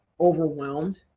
overwhelmed